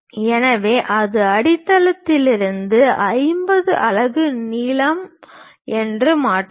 எனவே அது அடித்தளத்திலிருந்து 50 அலகுகள் நீளம் என்று மாற்றலாம்